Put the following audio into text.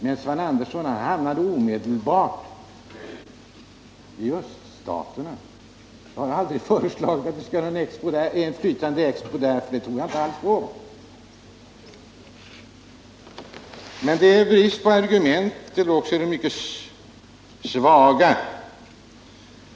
Men Sven Andersson hamnade omedelbart i öststaterna. Jag har aldrig föreslagit att vi skall ha en flytande expo där, för jag tror inte alls det går. Det är brist på argument eller också är de mycket svaga.